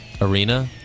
Arena